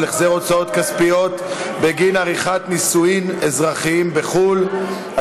הצעת חוק החזר הוצאות כספיות בגין עריכת נישואין אזרחיים בחו"ל,